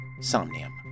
Somnium